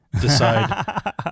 decide